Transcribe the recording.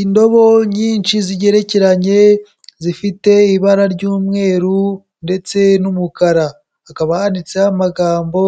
Indobo nyinshi zigerekeranye zifite ibara ry'umweru ndetse n'umukara. Hakaba yanditse amagambo